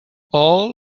all